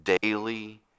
daily